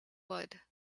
wood